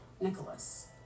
Nicholas